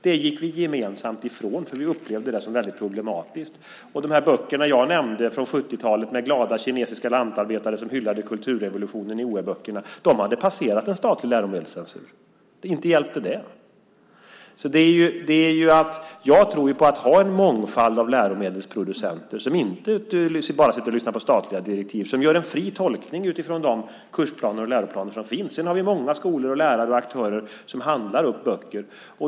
Det gick vi gemensamt ifrån eftersom vi upplevde det som väldigt problematiskt. De böcker som jag nämnde från 70-talet med glada kinesiska lantarbetare som hyllade kulturrevolutionen i oä-böckerna hade passerat en statlig läromedelscensur och inte hjälpte det. Jag tror på att man ska ha en mångfald av läromedelsproducenter som inte bara lyssnar på statliga direktiv utan som gör en fri tolkning utifrån de kursplaner och läroplaner som finns. Vi har många skolor, lärare och aktörer som handlar upp böcker.